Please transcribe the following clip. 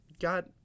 got